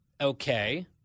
Okay